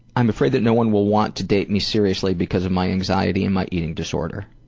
i'm afraid that no one will want to date me seriously because of my anxiety and my eating disorder.